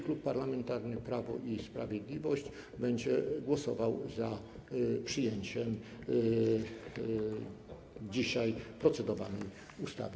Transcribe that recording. Klub Parlamentarny Prawo i Sprawiedliwość będzie głosował za przyjęciem dzisiaj procedowanej ustawy.